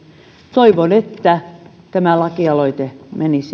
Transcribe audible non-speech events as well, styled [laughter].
toivon että tämä lakialoite menisi [unintelligible]